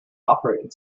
operating